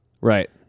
Right